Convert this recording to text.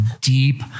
deep